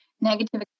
Negative